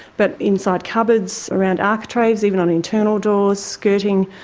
but inside cupboards, around architraves, even on internal doors, skirting,